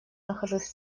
нахожусь